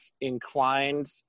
inclined